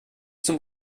zum